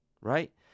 Right